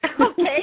Okay